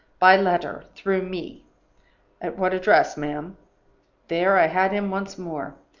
by letter through me at what address, ma'am there, i had him once more.